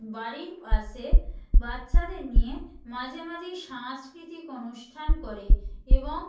বাড়ির পাশে বাচ্ছাদের নিয়ে মাঝে মাঝেই সাংস্কৃতিক অনুষ্ঠান করে এবং